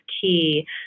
key